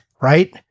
Right